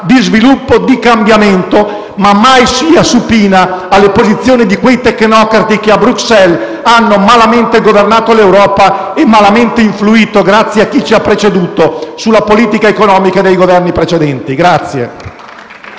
di sviluppo, di cambiamento, e mai sia supina alle posizioni di quei tecnocrati che a Bruxelles hanno malamente governato l'Europa e malamente influito, grazie a chi ci ha preceduto, sulla politica economica dei Governi precedenti.